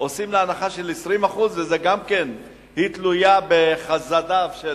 עושים לה הנחה של 20%, וגם אז היא תלויה בחסדיו של